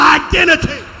identity